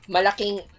Malaking